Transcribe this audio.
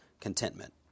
contentment